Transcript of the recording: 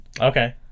Okay